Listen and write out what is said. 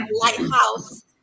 Lighthouse